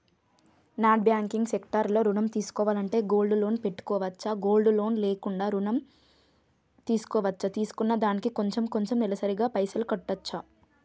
Non banking sector లో ఋణం తీసుకోవాలంటే గోల్డ్ లోన్ పెట్టుకోవచ్చా? గోల్డ్ లోన్ లేకుండా కూడా ఋణం తీసుకోవచ్చా? తీసుకున్న దానికి కొంచెం కొంచెం నెలసరి గా పైసలు కట్టొచ్చా?